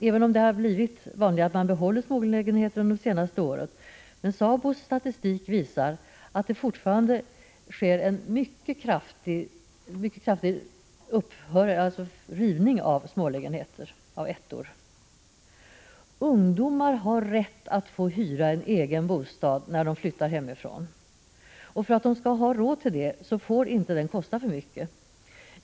Även om antalet sammanslagningar minskat det senaste året visar SABO:s statistik att ungefär hälften av alla ettor rivs vid ombyggnad. Ungdomar har rätt att få hyra en egen bostad när de flyttar hemifrån. För att de skall ha råd till det får denna inte kosta för mycket.